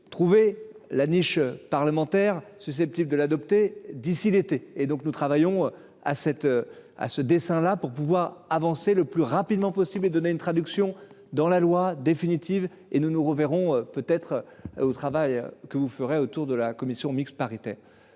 trouver la niche parlementaire susceptible de l'adopter d'ici l'été et donc nous travaillons à cette à ce dessin là pour pouvoir avancer le plus rapidement possible et donner une traduction dans la loi définitive et nous nous reverrons peut être au travail que vous ferez autour de la commission mixte paritaire.